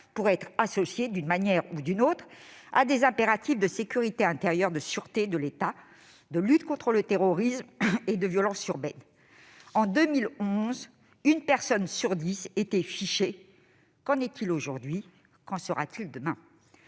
pourrait être associé d'une manière ou d'une autre à des impératifs de sécurité intérieure, de sûreté de l'État, de lutte contre le terrorisme et les violences urbaines. » En 2011, une personne sur dix était fichée. Qu'en est-il aujourd'hui ? Qu'en sera-t-il demain ?